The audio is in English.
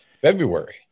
February